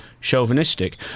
chauvinistic